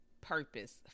purpose